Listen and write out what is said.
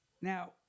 Now